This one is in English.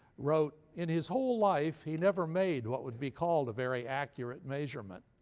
wrote in his whole life he never made what would be called a very accurate measurement,